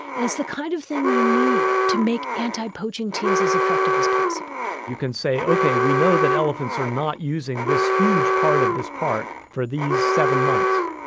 and it's the kind of thing you need to make anti-poaching teams as effective as possible you can say, ok, we know that elephants are not using this huge part of this park for these seven months.